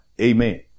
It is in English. Amen